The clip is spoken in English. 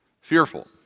fearful